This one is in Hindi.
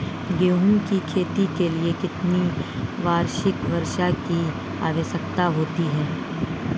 गेहूँ की खेती के लिए कितनी वार्षिक वर्षा की आवश्यकता होती है?